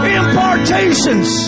impartations